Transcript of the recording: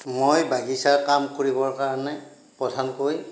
মই বাগিচাৰ কাম কৰিবৰ কাৰণে প্ৰধানকৈ